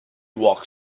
walked